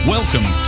Welcome